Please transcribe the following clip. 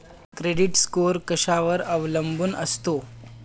Credit score कशावर अवलंबून असतो?